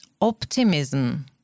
optimism